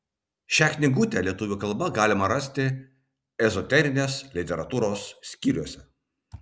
šią knygutę lietuvių kalba galima rasti ezoterinės literatūros skyriuose